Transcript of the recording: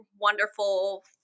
wonderful